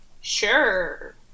Sure